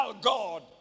God